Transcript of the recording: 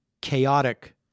chaotic